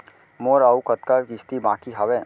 मोर अऊ कतका किसती बाकी हवय?